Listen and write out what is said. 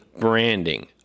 branding